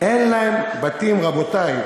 אין להם בתים, רבותי.